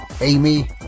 Amy